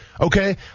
okay